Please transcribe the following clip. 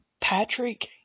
Patrick